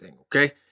okay